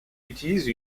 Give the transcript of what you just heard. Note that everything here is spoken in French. utilise